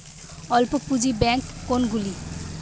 অল্প পুঁজি ব্যাঙ্ক কোনগুলি?